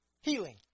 healing